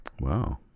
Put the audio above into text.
Wow